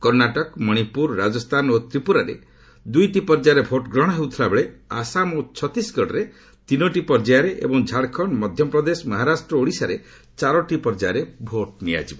କର୍ଷ୍ଣାଟକ ମଣିପୁର ରାଜସ୍ଥାନ ଓ ତ୍ରିପୁରାରେ ଦୁଇଟି ପର୍ଯ୍ୟାୟରେ ଭୋଟଗ୍ରହଣ ହେଉଥିଲାବେଳେ ଆସାମ ଓ ହତିଶଗଡରେ ତିନୋଟି ପର୍ଯ୍ୟାୟରେ ଏବଂ ଝାଡଖଣ୍ଡମଧ୍ୟପ୍ରଦେଶ ମହାରାଷ୍ଟ୍ର ଓ ଓଡିଶାରେ ଚତୁର୍ଥ ପର୍ଯ୍ୟାୟରେ ଭୋଟ ନିଆଯିବ